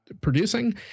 producing